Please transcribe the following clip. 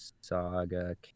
Saga